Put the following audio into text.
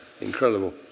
incredible